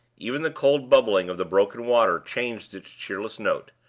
even the cold bubbling of the broken water changed its cheerless note,